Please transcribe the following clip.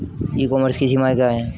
ई commerce की सीमाएं क्या हैं?